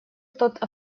тот